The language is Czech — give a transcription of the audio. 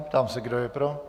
Ptám se, kdo je pro.